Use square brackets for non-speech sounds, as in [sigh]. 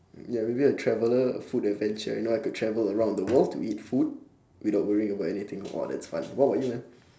ya maybe a traveller a food adventure you know I could travel around the world to eat food without worrying about anything oh that's fun what about you man [breath]